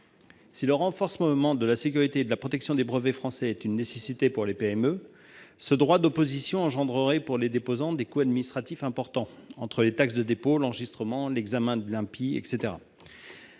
Si le renforcement de la sécurité et de la protection des brevets français est une nécessité pour les PME, ce droit d'opposition engendrerait pour les déposants des coûts administratifs importants, entre les taxes de dépôt, d'enregistrement, d'examen, etc.